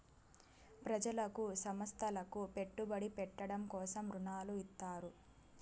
ప్రజలకు సంస్థలకు పెట్టుబడి పెట్టడం కోసం రుణాలు ఇత్తారు